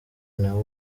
nawo